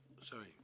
Sorry